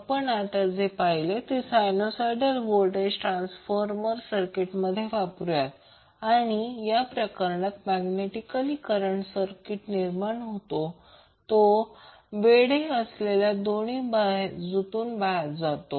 आपण आत्ता जे पाहिले ते सायनुसोईडल व्होल्टेज ट्रान्सफॉर्मर सर्किटमध्ये वापरूया आणि या प्रकरणात मॅग्नेटिक करंट निर्माण होतो तो वेढे असलेल्या दोनही बाजूतून जातो